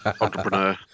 entrepreneur